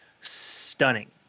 stunning